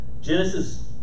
Genesis